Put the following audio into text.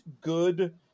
good